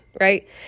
right